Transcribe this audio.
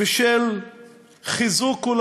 ושל חיזוק,